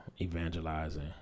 evangelizing